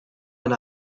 and